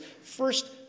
first